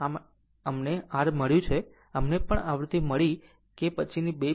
આમ અમને R મળ્યું અમને પણ આવૃત્તિ મળી કે હવે પછીની 2